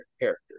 character